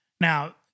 Now